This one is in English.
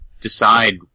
decide